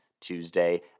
Tuesday